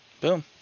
Boom